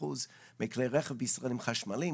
אחוזים מכלי הרכב בישראל הם חשמליים,